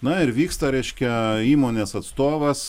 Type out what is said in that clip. na ir vyksta reiškia įmonės atstovas